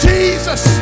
Jesus